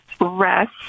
rest